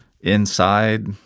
inside